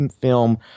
film